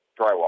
drywall